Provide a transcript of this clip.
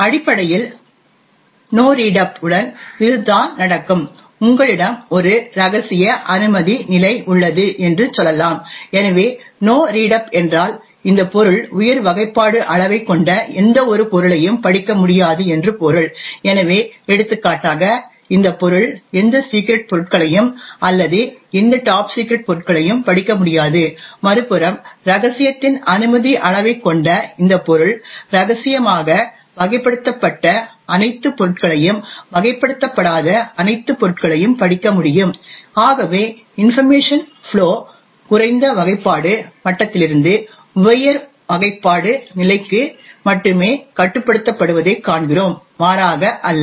அடிப்படையில் no read up உடன் இதுதான் நடக்கும் உங்களிடம் ஒரு ரகசிய அனுமதி நிலை உள்ளது என்று சொல்லலாம் எனவே நோ ரீட் அப் என்றால் இந்த பொருள் உயர் வகைப்பாடு அளவைக் கொண்ட எந்தவொரு பொருளையும் படிக்க முடியாது என்று பொருள் எனவே எடுத்துக்காட்டாக இந்த பொருள் எந்த சிக்ரெட் பொருட்களையும் அல்லது எந்த டாப் சிக்ரெட் பொருட்களையும் படிக்க முடியாது மறுபுறம் ரகசியத்தின் அனுமதி அளவைக் கொண்ட இந்த பொருள் ரகசியமாக வகைப்படுத்தப்பட்ட அனைத்து பொருட்களையும் வகைப்படுத்தப்படாத அனைத்து பொருட்களையும் படிக்க முடியும் ஆகவே இன்பர்மேஷன் ஃப்ளோ குறைந்த வகைப்பாடு மட்டத்திலிருந்து உயர் வகைப்பாடு நிலைக்கு மட்டுமே கட்டுப்படுத்தப்படுவதைக் காண்கிறோம் மாறாக அல்ல